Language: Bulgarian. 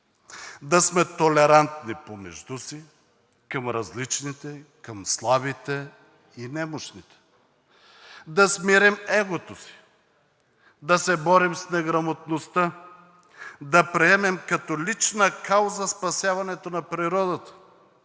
да сме толерантни помежду си, към различните, към слабите и немощните. Да смирим егото си, да се борим с неграмотността, да приемем като лична кауза спасяването на природата,